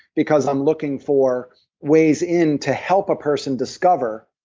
because i'm looking for ways in to help a person discover,